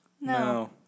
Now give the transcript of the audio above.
no